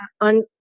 on